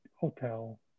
hotel